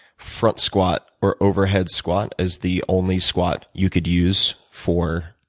front squat or overhead squat as the only squat you could use for